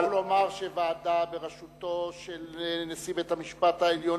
חשוב לומר שוועדה בראשותו של נשיא בית-המשפט העליון